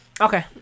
okay